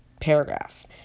paragraph